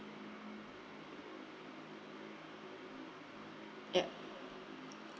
yup